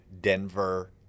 Denver